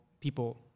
people